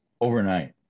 overnight